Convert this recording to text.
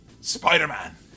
Spider-Man